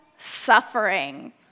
Suffering